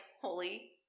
holy